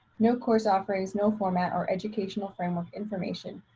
no course offerings, no format or educational framework information,